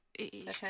Okay